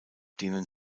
denen